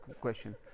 question